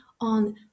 on